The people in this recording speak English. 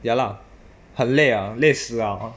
ya lah 很累啊累死啊